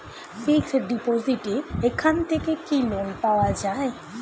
Fix ডিপোজিটের এখান থেকে কি লোন পাওয়া যায়?